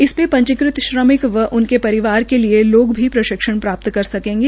इसमें पंजीकृत श्रमिक व उनके परिवार के लिए लोग भी प्रशिक्षण प्राप्त कर सकेंगे